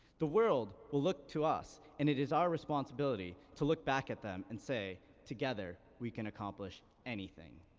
the world will look to us, and it is our responsibility to look back at them and say, together we can accomplish anything.